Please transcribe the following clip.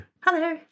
Hello